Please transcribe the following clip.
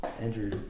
Andrew